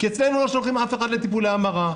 כי אצלנו לא שולחים אף אחד לטיפולי המרה.